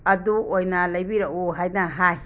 ꯑꯗꯨ ꯑꯣꯏꯅ ꯂꯩꯕꯤꯔꯛꯎ ꯍꯥꯏꯅ ꯍꯥꯏ